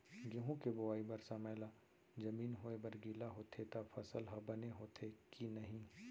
गेहूँ के बोआई बर समय ला जमीन होये बर गिला होथे त फसल ह बने होथे की नही?